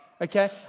Okay